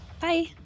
Bye